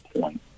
point